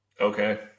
Okay